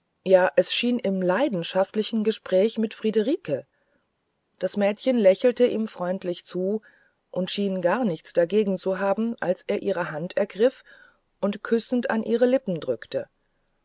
es schien im leidenschaftlichen gespräch mit friederike das mädchen lächelte ihm freundlich zu und schien gar nichts dagegen zu haben als er ihre hand ergriff und küssend an seine lippen drückte